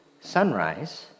Sunrise